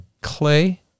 clay